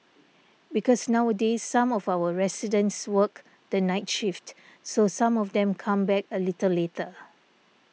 because nowadays some of our residents work the night shift so some of them come back a little later